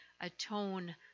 atone